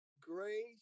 Grace